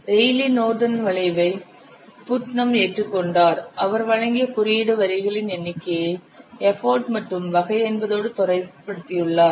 Rayleigh நோர்டனின் வளைவை Rayleigh Norden's curve புட்னம் ஏற்றுக்கொண்டார் அவர் வழங்கிய குறியீடு வரிகளின் எண்ணிக்கையை எஃபர்ட் மற்றும் வகை என்பதோடு தொடர்புபடுத்தியுள்ளார்